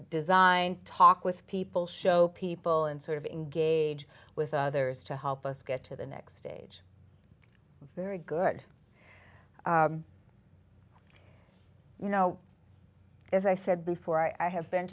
design talk with people show people and sort of engage with others to help us get to the next stage very good you know as i said before i have been